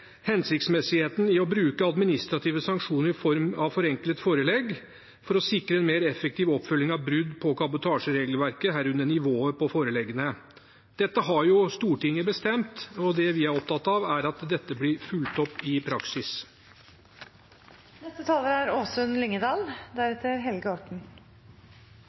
hensiktsmessigheten ved å bruke administrative sanksjoner i form av forenklet forelegg for å sikre en mer effektiv oppfølging av brudd på kabotasjeregelverket, herunder nivået på foreleggene. Dette har Stortinget bestemt, og det vi er opptatt av, er at dette blir fulgt opp i